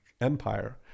empire